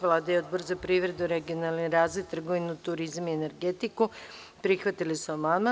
Vlada i Odbor za privredu, regionalni razvoj, trgovinu, turizam i energetiku prihvatili su amandman.